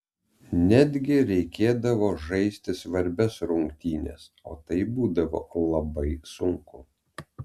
netgi reikėdavo žaisti svarbias rungtynes o tai būdavo labai sunku